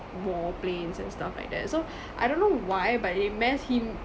war planes and stuff like that so I don't know why but it mass him